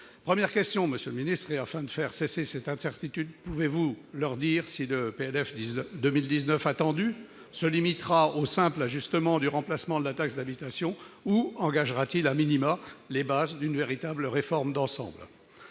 Première question, monsieur le ministre, afin de faire cesser cette incertitude, pouvez-vous leur dire si le PLF 2019 attendu se limitera au simple ajustement du remplacement de la taxe d'habitation ou s'il engagera,, les bases d'une véritable réforme d'ensemble ?